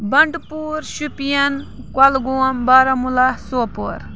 بَنٛڈٕ پوٗر شُپیَن کۄلگوم بارہمولہ سوپور